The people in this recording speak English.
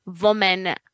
women